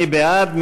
מי בעד?